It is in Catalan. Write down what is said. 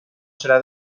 serà